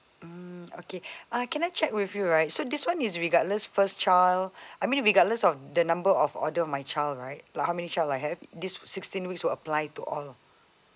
mm okay uh can I check with you right so this one is regardless first child I mean regardless of the number of order of my child right like how many child I have this will sixteen weeks will apply to all